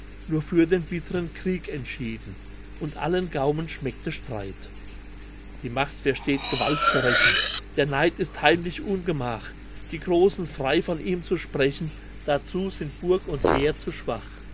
nur für den bittern krieg entschieden und allen gaumen schmeckte streit die macht versteht gewalt zu rächen der neid ist heimlich ungemach die großen frei von ihm zu sprechen dazu sind burg und heer zu schwach